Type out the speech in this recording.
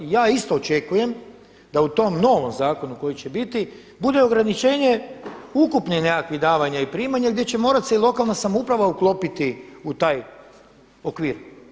I ja isto očekujem da u tom novom zakonu koji će biti bude ograničenje ukupnih nekakvih davanja i primanja gdje će morati i lokalna samouprava uklopiti u taj okvir.